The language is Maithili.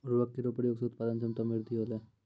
उर्वरक केरो प्रयोग सें उत्पादन क्षमता मे वृद्धि होलय